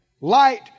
Light